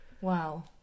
Wow